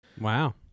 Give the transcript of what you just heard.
Wow